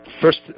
first